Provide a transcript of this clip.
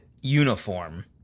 uniform